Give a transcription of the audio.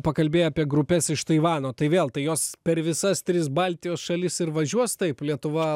pakalbėjai apie grupes iš taivano tai vėl tai jos per visas tris baltijos šalis ir važiuos taip lietuva